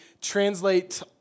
translate